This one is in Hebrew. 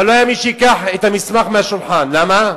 אבל אין מי שייקח את המסמך מהשולחן, למה?